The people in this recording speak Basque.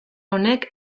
honek